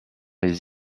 les